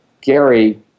Gary